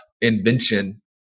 invention